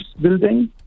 building